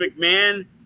McMahon